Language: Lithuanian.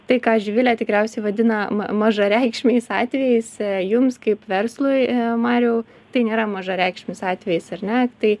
tai ką živilė tikriausiai vadina mažareikšmiais atvejais jums kaip verslui mariau tai nėra mažareikšmis atvejis ar ne tai